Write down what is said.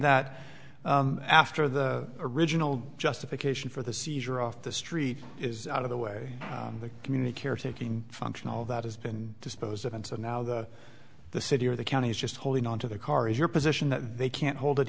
that after the original justification for the seizure off the street is out of the way the community care taking function all that has been disposed of and so now the the city or the county is just holding on to the car is your position they can't hold it